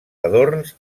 adorns